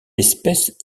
espèce